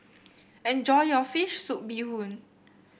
enjoy your fish soup Bee Hoon